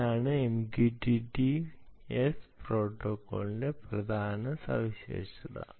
അതാണ് MQTT S പ്രോട്ടോക്കോളിന്റെ പ്രധാന സവിശേഷത